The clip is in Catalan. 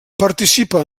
participa